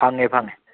ꯐꯪꯉꯦ ꯐꯪꯉꯦ